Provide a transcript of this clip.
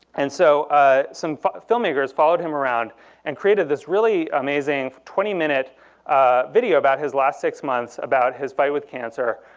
and so ah some filmmakers followed him around and created this really amazing twenty minute video about his last six months, about his fight with cancer.